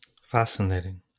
Fascinating